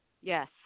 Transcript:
yes